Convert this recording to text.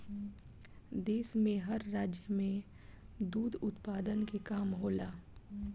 देश में हर राज्य में दुध उत्पादन के काम होला